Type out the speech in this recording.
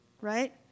Right